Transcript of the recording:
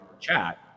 chat